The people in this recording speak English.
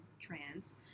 trans